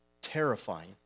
terrifying